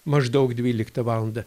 maždaug dvyliktą valandą